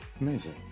Amazing